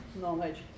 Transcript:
knowledge